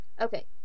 Okay